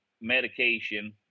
medication